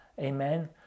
Amen